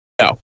no